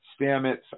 Stamets